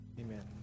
Amen